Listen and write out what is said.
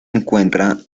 encuentra